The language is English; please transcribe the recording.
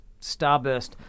Starburst